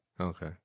Okay